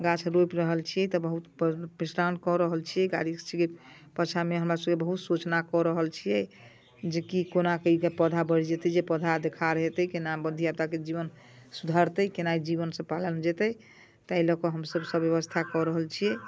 गाछ रोपि रहल छी तऽ बहुत परिश्रम कऽ रहल छियै परिश्रममे हमरा सभके बहुत सोचना कऽ रहल छियै जे कि कोनाके ई जे पौधा बढ़ि जेतै जे पौधा देखार हेतै केना धियापुताके जीवन सुधरतै केना जीवन सभ पालन जेतै तै लऽ कऽ हम सभ सभ व्यवस्था कऽ रहल छियै